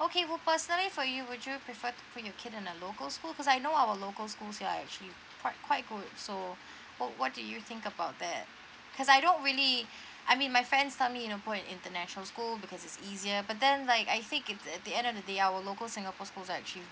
okay well personally for you would you prefer to put your kid in a local school cause I know our local schools here are actually quite quite good so uh what do you think about that because I don't really I mean my friends tell me you know put her in international school because it's easier but then like I think it's at the end of the day our local singapore's schools are actually